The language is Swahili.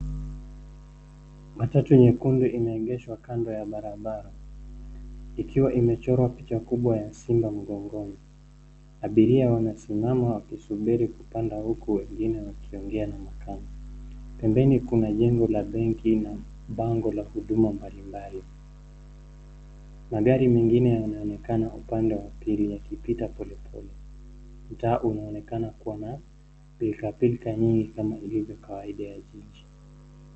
Matatu nyekundu imeegeshwa kando ya barabara ikiwa imechorwa picha kubwa ya simba mgongoni ,abiria wanasimama wakisubiri kupanda huku wengine wakiongea na makanga ,pembeni kuna jengo la benki na bango la huduma mbali mbali. Magari mengine yanaonekana upande wa pili yakipita polepole, mtaa unaonekana kuwa na inapilka pilka nyingi kama ilivyo kawaida ya jiji.